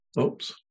Oops